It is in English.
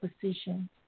position